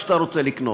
כשאתה רוצה לקנות,